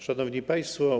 Szanowni Państwo!